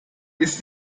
ist